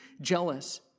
jealous